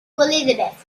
elizabeth